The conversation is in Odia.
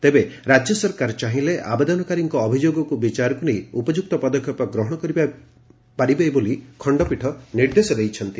ତେବେ ରାଜ୍ୟ ସରକାର ଚାହିଲେ ଆବେଦନକାରୀଙ୍କ ଅଭିଯୋଗକୁ ବିଚାରକୁ ନେଇ ଉପଯୁକ୍ତ ପଦକ୍ଷେପ ଗ୍ରହଣ କରିପାରିବେ ବୋଲି ଖଣ୍ଡପୀଠ ନିର୍ଦ୍ଦେଶ ଦେଇଛନ୍ତି